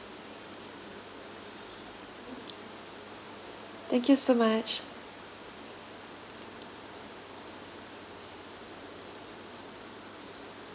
thank you so much